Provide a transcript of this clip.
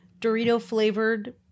Dorito-flavored